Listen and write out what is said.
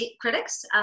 critics